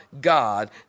God